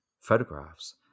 photographs